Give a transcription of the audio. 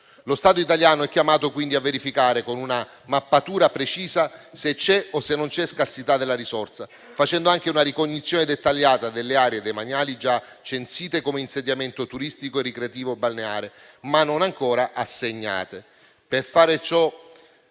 Lo Stato italiano è chiamato quindi a verificare con una mappatura precisa se c'è o se non c'è scarsità della risorsa, facendo anche una ricognizione dettagliata delle aree demaniali già censite come insediamento turistico e ricreativo-balneare, ma non ancora assegnate. Per fare ciò